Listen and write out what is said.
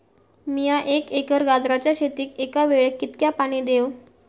मीया एक एकर गाजराच्या शेतीक एका वेळेक कितक्या पाणी देव?